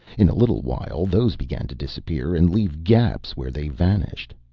in a little while those began to disappear and leave gaps where they vanished.